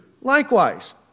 likewise